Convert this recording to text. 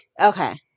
Okay